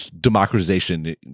democratization